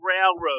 railroad